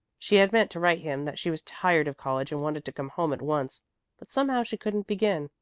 she had meant to write him that she was tired of college and wanted to come home at once but somehow she couldn't begin.